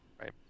Right